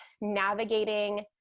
navigating